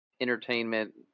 entertainment